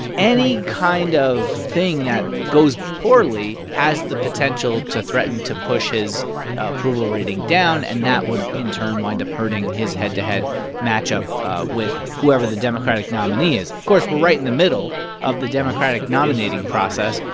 any kind of thing that goes poorly has the potential to threaten to push his approval rating down, and that would in turn wind up hurting his head-to-head matchup with whoever the democratic nominee is. of course, we're right in the middle of the democratic nominating process,